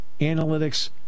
analytics